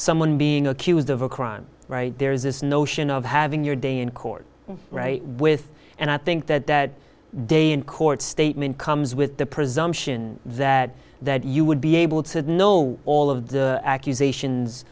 someone being accused of a crime right there is this notion of having your day in court with and i think that that day in court statement comes with the presumption that you would be able to know all of the accusations